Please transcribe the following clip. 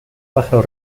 pájaro